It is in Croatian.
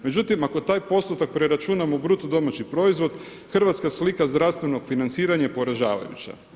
Međutim ako taj postotak preračunamo u BDP, hrvatska slika zdravstvenog financiranja je poražavajuća.